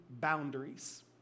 boundaries